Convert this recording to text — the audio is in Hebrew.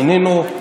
מינינו,